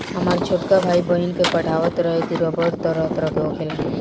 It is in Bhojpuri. हामर छोटका भाई, बहिन के पढ़ावत रहे की रबड़ तरह तरह के होखेला